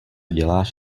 děláš